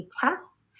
test